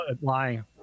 lying